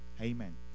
Amen